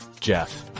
Jeff